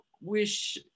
wish